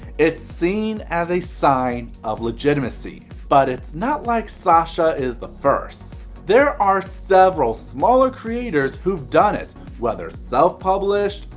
it's seen as a sign of legitimacy. but it's not like sasha is the first. there are several smaller creators who've done it whether self published,